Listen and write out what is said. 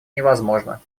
невозможно